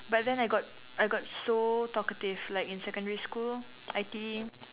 but then I got I got so talkative like in secondary school I think